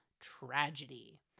tragedy